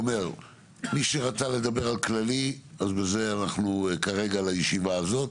מי שרצה לדבר על כללי, אז בזה כרגע לישיבה הזאת